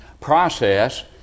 process